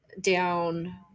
down